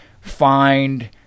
find